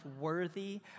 worthy